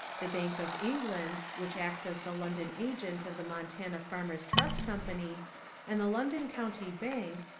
the bank of england which acts as the london agent of the montana farmers trust company and the london county bank,